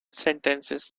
sentences